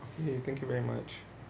okay thank you very much